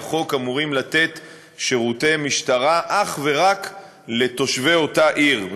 החוק אמורים לתת שירותי משטרה אך ורק לתושבי אותה עיר,